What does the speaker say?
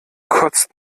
kotzt